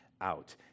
out